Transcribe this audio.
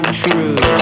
true